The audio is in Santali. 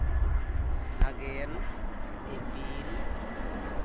ᱥᱟᱜᱮᱱ ᱤᱯᱤᱞ